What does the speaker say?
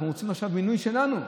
אנחנו רוצים עכשיו מינוי שלנו,